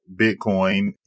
Bitcoin